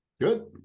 good